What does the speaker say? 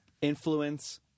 influence